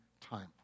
time